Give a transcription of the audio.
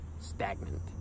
stagnant